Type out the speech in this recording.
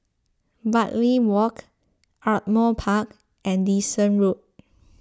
Bartley Walk Ardmore Park and Dyson Road